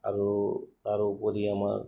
আৰু তাৰোপৰি আমাৰ